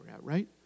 right